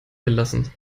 gelassen